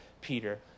Peter